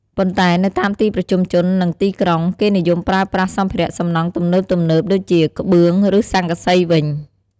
ប៉ុន្តែនៅតាមទីប្រជុំជន និងទីក្រុង គេនិយមប្រើប្រាស់សម្ភារៈសំណង់ទំនើបៗដូចជា ក្បឿង ឬស័ង្កសីវិញ។